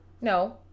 No